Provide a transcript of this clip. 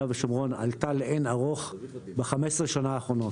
ושומרון עלתה לאין-ערוך ב-15 שנה האחרונות.